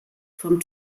vom